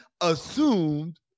assumed